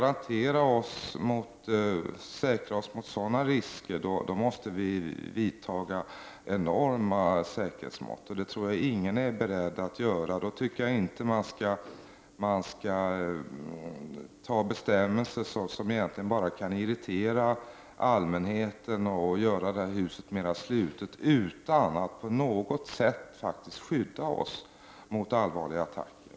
Om vi skall gardera oss mot sådana risker måste enorma säkerhetsmått vidtas, och det tror jag inte att någon är beredd att göra. Då tycker jag inte att man skall fatta beslut om bestämmelser, som egentligen bara kan irritera allmänheten och göra det här huset slutet utan att detta på något sätt skyddar oss mot allvarliga attacker.